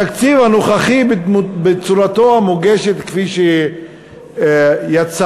התקציב הנוכחי, בצורתו המוגשת, כפי שיצא,